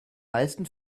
meisten